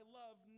love